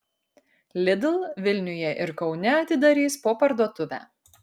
lidl vilniuje ir kaune atidarys po parduotuvę